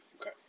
Okay